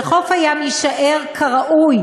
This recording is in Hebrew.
וחוף הים יישאר כראוי